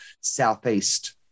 southeast